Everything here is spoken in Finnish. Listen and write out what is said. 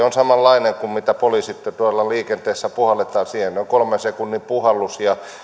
on samanlainen kuin mitä poliisilla tuolla liikenteessä puhalletaan siihen noin kolmen sekunnin puhallus ja